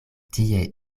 tie